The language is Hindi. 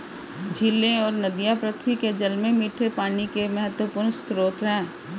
झीलें और नदियाँ पृथ्वी के जल में मीठे पानी के महत्वपूर्ण स्रोत हैं